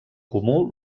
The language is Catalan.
comú